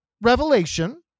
revelation